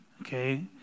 okay